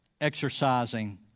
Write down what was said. exercising